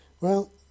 Well